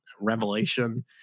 revelation